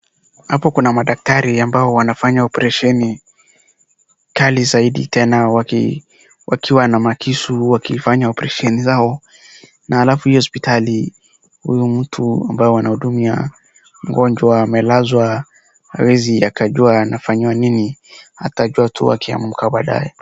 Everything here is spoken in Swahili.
Hapa kuna madaktari ambao wanafanya oparesheni kali zaidi tena wakiwa na makisu wakifanya oparesheni zao. Na alafu hii hospitali huyu mtu ambaye wanahudumia mgonjwa amelazwa haezi jua anafanyiwa nini atajua tu akiamka baadae.